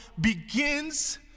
begins